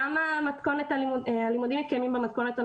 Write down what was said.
למה הלימודים מתקיימים במתכונת הנוכחית,